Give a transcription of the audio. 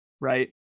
right